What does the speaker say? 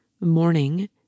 morning